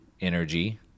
energy